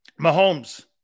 Mahomes